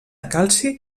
calci